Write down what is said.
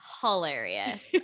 hilarious